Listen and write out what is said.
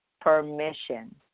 permission